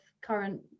current